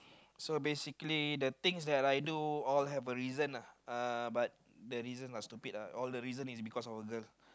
so basically the things that I do all have a reason uh but the reason are stupid lah all the reason is because of a girl